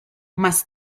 más